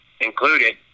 included